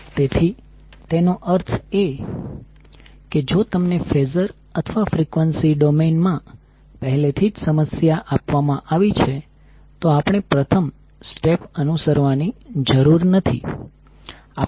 તેથી તેનો અર્થ એ કે જો તમને ફેઝર અથવા ફ્રીક્વન્સી ડોમેઇન માં પહેલેથી જ સમસ્યા આપવામાં આવી છે તો આપણે પ્રથમ સ્ટેપ અનુસરવાની જરૂર નથી